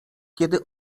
kiedy